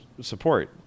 support